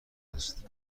است